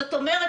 זאת אומרת,